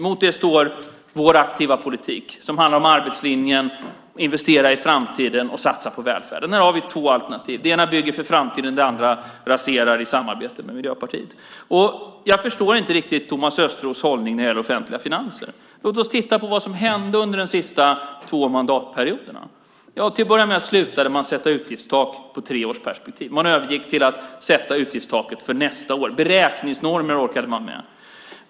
Mot detta står vår aktiva politik som handlar om arbetslinjen, om att investera i framtiden och satsa på välfärden. Här har vi de två alternativen. Det ena bygger för framtiden, och det andra raserar i samarbete med Miljöpartiet. Jag förstår inte riktigt Thomas Östros hållning när det gäller offentliga finanser. Låt oss titta på vad som hände under de två senaste mandatperioderna. Till att börja med slutade man att sätta utgiftstak på tre års perspektiv. Man övergick till att sätta utgiftstaket för nästa år. Beräkningsnormer orkade man med.